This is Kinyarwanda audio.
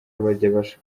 bajya